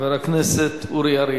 חבר הכנסת אורי אריאל.